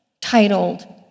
titled